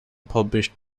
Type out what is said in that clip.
published